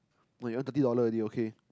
wait you earn thirty dollars already okay